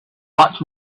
but